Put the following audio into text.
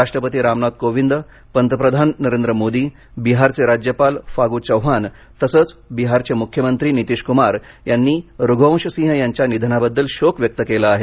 राष्ट्रपती रामनाथ कोविंद पंतप्रधान नरेंद्र मोदी बिहारचे राज्यपाल फागु चौहान तसंच बिहारचे मुख्यमंत्री नितीश कुमार यांनी रघुवंश सिंह यांच्या निधनाबद्दल शोक व्यक्त केला आहे